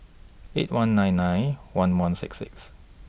eight one nine nine one one six six